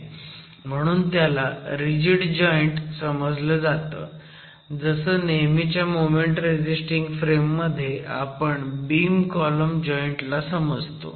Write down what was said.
म्हणून त्याला rigid joint समजलं जातं जसं नेहमीच्या मोमेंट रेझिस्टिंग फ्रेम मध्ये आपण बीम कॉलम जॉईंट ला समजतो